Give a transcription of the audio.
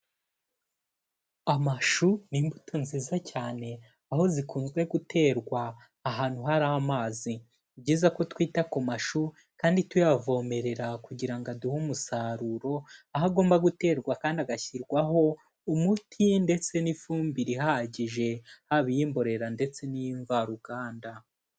Amashu ni imbuto nziza cyane, aho zikunze guterwa ahantu hari amazi, ni byiza ko twita ku mashu kandi tuyavomerera kugira ngo aduhe umusaruro, aho agomba guterwa kandi agashyirwaho umuti ndetse n'ifumbire ihagije, haba y'imborera ndetse n'iy'imvaruganda.